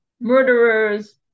murderers